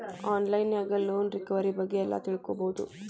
on line ನ್ಯಾಗ loan recovery ಬಗ್ಗೆ ಎಲ್ಲಾ ತಿಳ್ಕೊಬೊದು